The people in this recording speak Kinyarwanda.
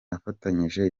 afatanyije